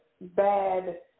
bad